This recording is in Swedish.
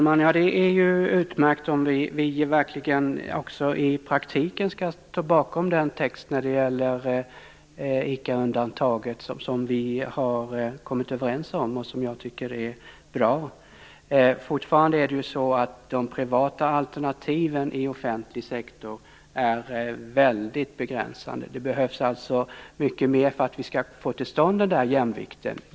Fru talman! Det är utmärkt om vi också i praktiken står bakom den text om ICA-undantaget som vi har kommit överens om och som jag tycker är bra. Fortfarande är de privata alternativen i offentlig sektor väldigt begränsade. Det behövs mycket mer för att vi skall få till stånd en jämvikt.